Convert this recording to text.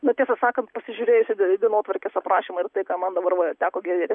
na tiesą sakant pasižiūrėjus į de į dienotvarkės aprašymą ir tai ką man dabar va teko girdėti